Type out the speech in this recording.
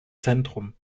zentrum